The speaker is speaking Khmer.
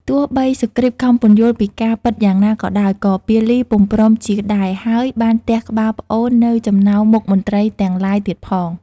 ទោះបីសុគ្រីតខំពន្យល់ពីការពិតយ៉ាងណាក៏ដោយ ក៏ពាលីពុំ ព្រមជឿដែរ ហើយបានទះក្បាលប្អូននៅចំណោមមុខមន្ត្រីទាំងឡាយទៀតផង។